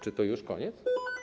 Czy to już koniec?